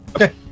Okay